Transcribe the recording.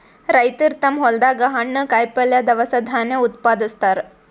ರೈತರ್ ತಮ್ಮ್ ಹೊಲ್ದಾಗ ಹಣ್ಣ್, ಕಾಯಿಪಲ್ಯ, ದವಸ ಧಾನ್ಯ ಉತ್ಪಾದಸ್ತಾರ್